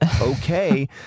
okay